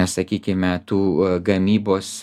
sakykime tų gamybos